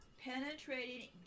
Penetrating